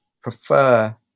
prefer